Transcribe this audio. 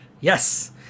Yes